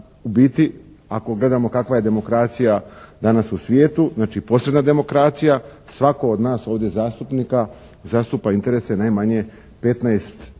u biti ako gledamo kakva je demokracija danas u svijetu, znači posredna demokracija, svako od nas ovdje zastupnika zastupa interese najmanje 15